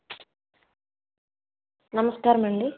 నమస్కారమండి